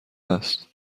است